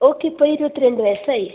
ഓൾക്ക് ഇപ്പോൾ ഇരുപത്തിരണ്ട് വയസ്സായി